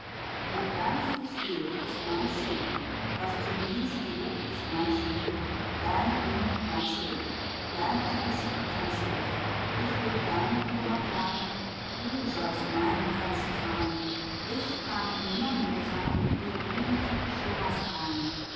wo dein fuß geht ist mein ziel was zum dienst dir ist mein spiel deine blumen pflanze ich deine tänze tanze ich ich will deinen kummer klagen du sollst meine kränze tragen ich kann nimmer müde sein ehe du nicht schlummerst ein